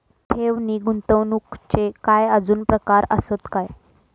ठेव नी गुंतवणूकचे काय आजुन प्रकार आसत काय?